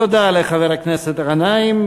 תודה לחבר הכנסת גנאים.